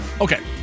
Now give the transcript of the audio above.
Okay